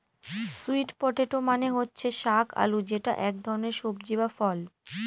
sweet potato মানে হচ্ছে শাক আলু যেটা এক ধরনের সবজি বা ফল